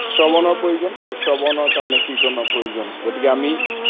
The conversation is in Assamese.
শ্ৰৱণৰ প্ৰয়োজন আৰু শ্ৰৱণৰ কাৰণে কীৰ্তনৰ প্ৰয়োজন গতিকে আমি